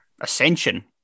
ascension